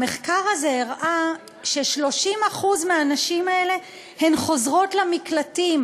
המחקר הזה הראה ש-30% מהנשים האלה חוזרות למקלטים,